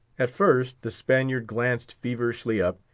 at first, the spaniard glanced feverishly up,